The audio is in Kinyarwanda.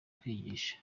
kwigisha